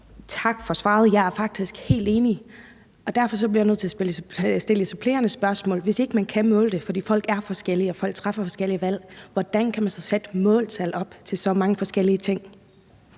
Tak for svaret. Jeg er faktisk helt enig, og derfor bliver jeg nødt til at stille et supplerende spørgsmål: Hvis ikke man kan måle det, fordi folk er forskellige og folk træffer forskellige valg, hvordan kan man så sætte måltal op for så mange forskellige ting?